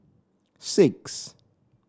six